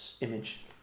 image